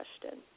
question